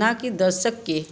न कि दर्शक के